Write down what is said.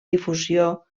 difusió